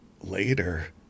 Later